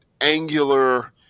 angular